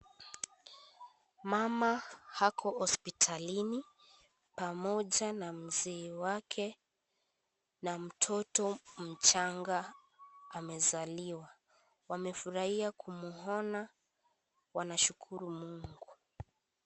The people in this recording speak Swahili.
Mama ako hospitalini pamoja na Mzee wake na mtoto mchanga amezaliwa. Wamefurahia kumwona. Wanashukuru Mungu.